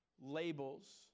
labels